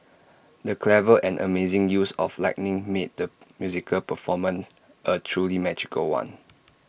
the clever and amazing use of lighting made the musical performance A truly magical one